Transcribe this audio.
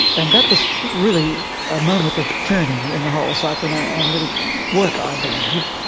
and that was really a moment of turning in the whole psychoanalytic work, i believe,